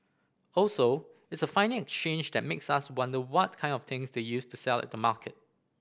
also it's a funny exchange that makes us wonder what kind of things they used to sell at the market